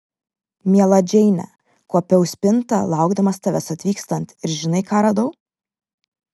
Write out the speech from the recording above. miela džeine kuopiau spintą laukdamas tavęs atvykstant ir žinai ką radau